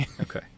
Okay